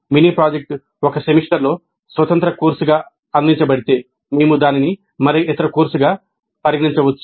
mini project ఒక సెమిస్టర్లో స్వతంత్ర కోర్సుగా అందించబడితే మేము దానిని మరే ఇతర కోర్సుగా పరిగణించవచ్చు